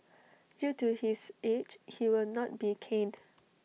due to his age he will not be caned